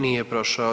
Nije prošao.